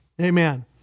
amen